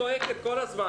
הישיבה